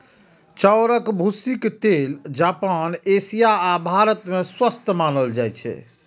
चाउरक भूसीक तेल जापान, एशिया आ भारत मे स्वस्थ मानल जाइ छै